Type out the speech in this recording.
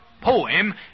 poem